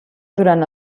durant